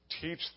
Teach